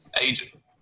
agent